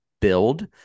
build